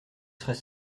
serais